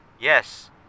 Yes